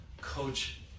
coach